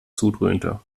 zudröhnte